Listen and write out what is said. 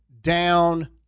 down